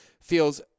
feels